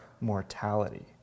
mortality